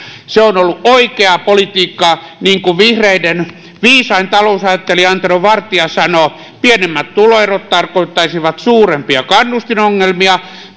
se on ollut oikeaa politiikkaa niin kuin vihreiden viisain talousajattelija antero vartia sanoo pienemmät tuloerot tarkoittaisivat suurempia kannustinongelmia